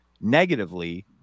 negatively